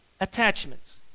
attachments